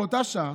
באותה שעה